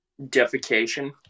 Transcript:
Defecation